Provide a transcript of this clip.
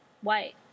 white